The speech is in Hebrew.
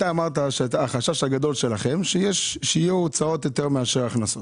אתה אמרת שהחשש הגדול שלכם שיהיו הוצאות יותר מאשר הכנסות,